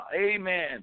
Amen